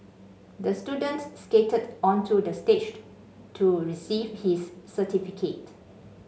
the student skated onto the staged to receive his certificate